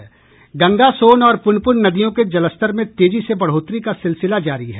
गंगा सोन और पुनपुन नदियों के जलस्तर में तेजी से बढ़ोतरी का सिलसिला जारी है